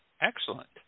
excellent